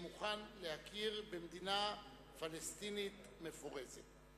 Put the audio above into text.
מוכן להכיר במדינה פלסטינית מפורזת.